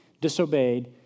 disobeyed